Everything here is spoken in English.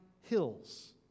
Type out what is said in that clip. hills